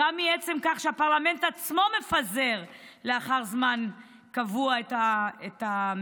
וגם מעצם כך שהפרלמנט עצמו מפזר לאחר זמן קבוע את הממשלה.